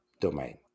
domain